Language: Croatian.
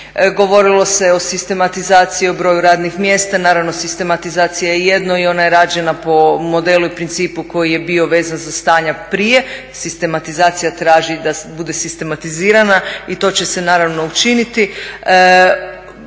Govorilo se o sistematizaciji i o broj radnih mjesta, naravno sistematizacija je jedno i ona je rađena po modelu i principu koji je bio vezan za stanja prije. Sistematizacija traži da bude sistematizirana i to će se naravno učiniti.